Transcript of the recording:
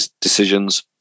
decisions